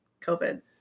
COVID